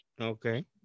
Okay